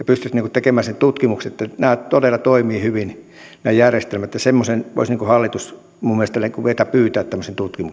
sen tutkimuksen että nämä järjestelmät todella toimivat hyvin ja tämmöisen tutkimuksen voisi hallitus minun mielestäni pyytää sinne